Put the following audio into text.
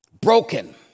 Broken